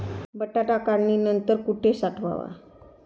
बटाटा काढणी नंतर कुठे साठवावा?